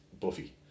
Buffy